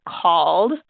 called